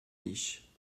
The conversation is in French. niches